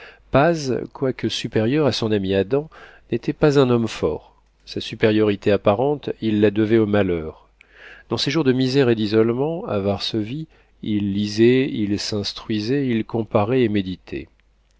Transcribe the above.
paz quoique supérieur à son ami adam n'était pas un homme fort sa supériorité apparente il la devait au malheur dans ses jours de misère et d'isolement à varsovie il lisait il s'instruisait il comparait et méditait